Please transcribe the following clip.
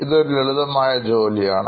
ഇതൊരു ലളിതമായ ജോലിയാണ്